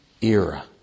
era